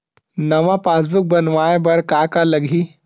नवा पासबुक बनवाय बर का का लगही?